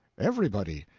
everybody.